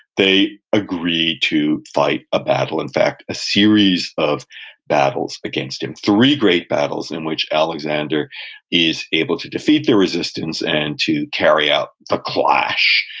they agree to fight a battle, in fact, a series of battles against him. three great battles in which alexander is able to defeat their resistance and to carry out the clash,